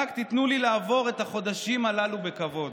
רק תיתנו לי לעבור את החודשים הללו בכבוד.